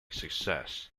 success